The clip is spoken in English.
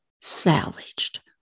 salvaged